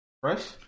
fresh